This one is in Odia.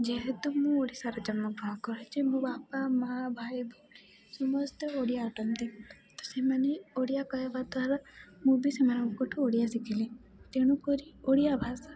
ଯେହେତୁ ମୁଁ ଓଡ଼ିଶାର ଜନ୍ମଗ୍ରହଣ କରିଛି ମୋ ବାପା ମାଆ ଭାଇ ଭଉଣୀ ସମସ୍ତେ ଓଡ଼ିଆ ଅଟନ୍ତି ତ ସେମାନେ ଓଡ଼ିଆ କହିବା ଦ୍ୱାରା ମୁଁ ବି ସେମାନଙ୍କଠୁ ଓଡ଼ିଆ ଶିଖିଲି ତେଣୁକରି ଓଡ଼ିଆ ଭାଷା